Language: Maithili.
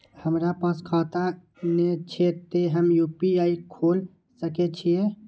हमरा पास खाता ने छे ते हम यू.पी.आई खोल सके छिए?